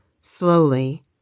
Slowly